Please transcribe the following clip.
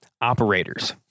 operators